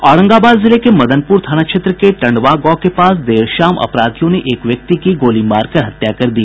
औरंगाबाद जिले में मदनपूर थाना क्षेत्र के टंडवा गांव के पास देर शाम अपराधियों ने एक व्यक्ति की गोली मार कर हत्या कर दी